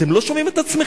אתם לא שומעים את עצמכם.